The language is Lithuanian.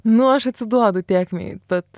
nu aš atsiduodu tėkmei bet